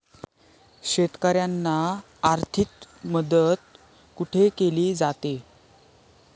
शेतकऱ्यांना आर्थिक मदत कुठे केली जाते?